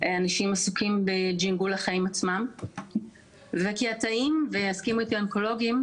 אנשים עסוקים בלחיות את החיים עצמם ויסכימו איתי האונקולוגיים,